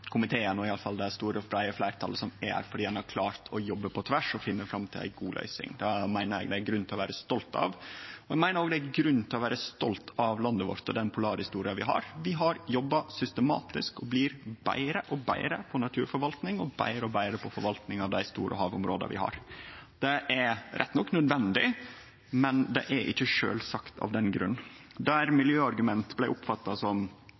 store, breie fleirtalet her fordi ein har klart å jobbe på tvers og finne fram til ei god løysing. Det meiner eg det er grunn til å vere stolt av. Eg meiner òg det er grunn til å vere stolt av landet vårt og den polarhistoria vi har. Vi har jobba systematisk og blir betre og betre på naturforvalting og betre og betre på forvalting av dei store havområda vi har. Det er rett nok nødvendig, men det er ikkje sjølvsagt av den grunn. Der miljøargument blei oppfatta som